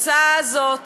ההצעה הזאת